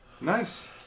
Nice